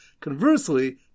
Conversely